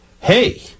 Hey